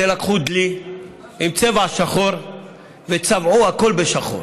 לקחו דלי עם צבע שחור וצבעו הכול בשחור.